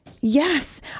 Yes